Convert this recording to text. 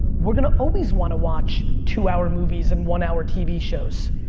we're gonna always want watch two hour movies and one hour tv shows.